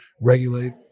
regulate